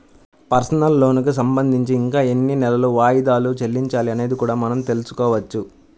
personal లోనుకి సంబంధించి ఇంకా ఎన్ని నెలలు వాయిదాలు చెల్లించాలి అనేది కూడా మనం తెల్సుకోవచ్చు